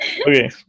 Okay